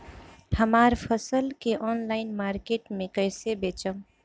हमार फसल के ऑनलाइन मार्केट मे कैसे बेचम?